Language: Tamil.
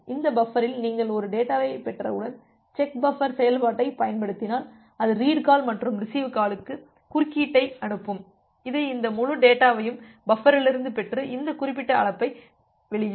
இந்த பஃபரில் நீங்கள் ஒரு டேட்டாவைப் பெற்றவுடன்செக் பஃபர் செயல்பாட்டைப் பயன்படுத்தினால் அது ரீடு கால் மற்றும் ரிசிவ் காலுக்கு குறுக்கீட்டை அனுப்பும் இது இந்த முழு டேட்டாவையும் பஃபரிலிருந்து பெற்று இந்த குறிப்பிட்ட அழைப்பை வெளியிடும்